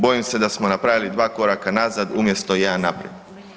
Bojim se da smo napravili dva koraka nazad umjesto jedan naprijed.